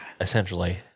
Essentially